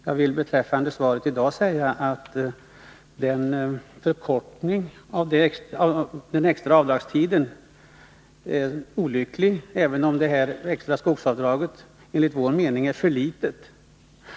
Jag vill beträffande svaret i dag säga att en förkortning av den extra avdragstiden är olycklig, även om det extra skogsavdraget enligt vår mening är för litet.